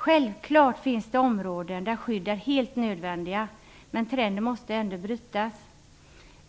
Självfallet finns det områden där skydd är helt nödvändiga, men trenden måste ändå brytas.